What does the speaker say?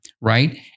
right